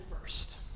first